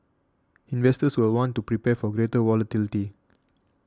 investors will want to prepare for greater volatility